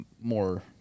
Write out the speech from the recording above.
more